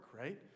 right